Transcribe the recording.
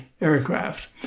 aircraft